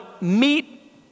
meet